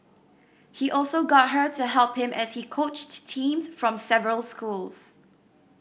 he also got her to help him as he coached teams from several schools